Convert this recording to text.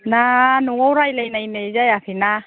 ना न'आव रायज्लायनाय जायाखैना